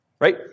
Right